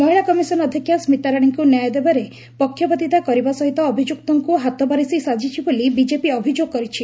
ମହିଳା କମିଶନ ଅଧ୍ଧକ୍ଷା ସ୍କିତାରାଣୀଙ୍କୁ ନ୍ୟାୟ ଦେବାରେ ପକ୍ଷପାତିତା କରିବା ସହିତ ଅଭିଯୁକ୍ତଙ୍କ ହାତବାରିଶି ସାଜିଛି ବୋଲି ବିଜେପି ଅଭିଯୋଗ କରିଛି